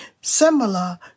Similar